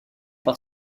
par